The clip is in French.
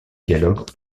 dialogues